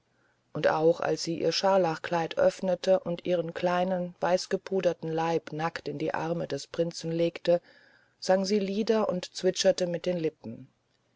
und auch als sie ihr scharlachkleid öffnete und ihren kleinen weißgepuderten leib nackt in die arme des prinzen legte sang sie lieder und zwitscherte mit den lippen